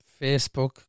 facebook